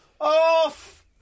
off